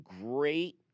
great